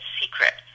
secret